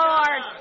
Lord